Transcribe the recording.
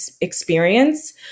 experience